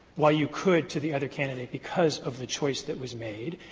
while you could to the other candidate because of the choice that was made.